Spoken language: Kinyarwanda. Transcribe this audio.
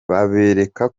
babereka